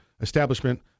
establishment